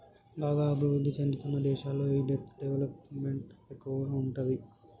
బాగా అభిరుద్ధి చెందుతున్న దేశాల్లో ఈ దెబ్ట్ డెవలప్ మెంట్ ఎక్కువగా ఉంటాది